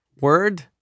word